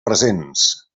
presents